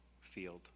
field